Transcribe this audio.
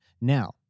Now